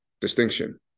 distinction